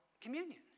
communion